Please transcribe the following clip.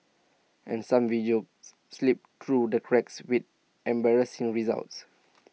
and some videos slip through the cracks with embarrassing results